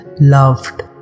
loved